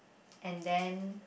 and then